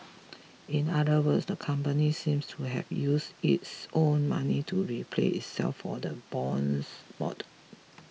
in other words the company seemed to have used its own money to repay itself for the bonds bought